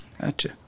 Gotcha